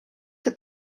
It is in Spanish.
que